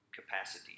capacity